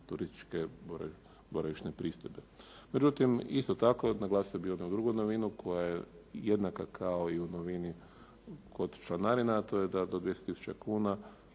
turističke boravišne pristojbe. Međutim, isto tako, naglasio bih jednu drugu novinu koja je jednaka dakle, kao i u novini od članarina a to je da do 200 tisuća